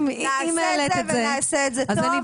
נעשה את זה, ונעשה את זה טוב.